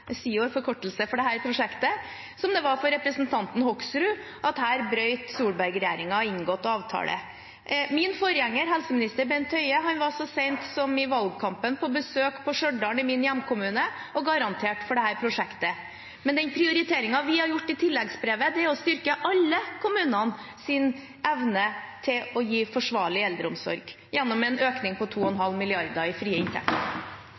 er forkortelse for dette prosjektet – og for representanten Hoksrud, at Solberg-regjeringen her brøt en inngått avtale. Min forgjenger, helseminister Bent Høie, var så sent som i valgkampen på besøk i Stjørdal, min hjemkommune, og garanterte for dette prosjektet. Den prioriteringen vi har gjort i tilleggsbrevet, er å styrke alle kommunenes evne til å gi forsvarlig eldreomsorg, gjennom en økning på 2,5 mrd. kr i frie inntekter.